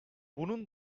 bunun